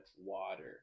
water